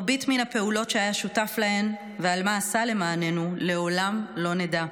על מרבית הפעולות שהיה שותף להן ועל מה שעשה למעננו לעולם לא נדע,